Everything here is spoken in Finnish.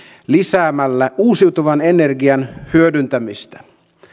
lisäämällä uusiutuvan energian hyödyntämistä